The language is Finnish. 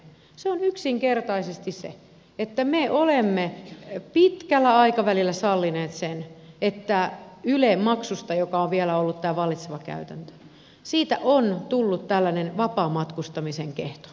se on yksinkertaisesti se että me olemme pitkällä aikavälillä sallineet sen että yle maksusta joka on vielä ollut tämä vallitseva käytäntö on tullut tällainen vapaamatkustamisen kehto